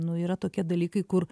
nu yra tokie dalykai kur